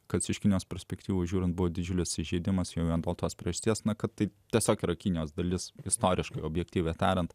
kad iš kinijos perspektyvos žiūrint buvo didžiulis įžeidimas jau vien po tos priežasties na kad tai tiesiog yra kinijos dalis istoriškai objektyviai tariant